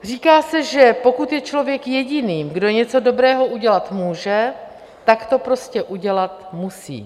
Říká se, že pokud je člověk jediným, kdo něco dobrého udělat může, tak to prostě udělat musí.